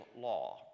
law